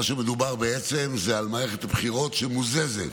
מדובר בעצם על מערכת בחירות שמוזזת